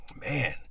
man